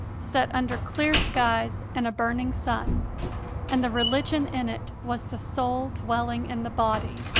set under clear skies and a burning sun and the religion in it was the soul dwelling in the body.